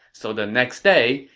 so the next day,